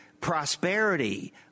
prosperity